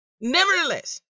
Nevertheless